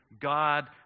God